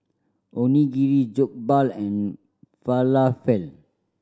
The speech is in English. Onigiri Jokbal and Falafel